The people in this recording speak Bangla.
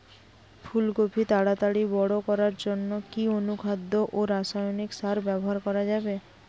ফুল কপি তাড়াতাড়ি বড় করার জন্য কি অনুখাদ্য ও রাসায়নিক সার ব্যবহার করা যাবে?